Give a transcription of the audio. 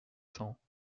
cents